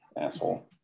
Asshole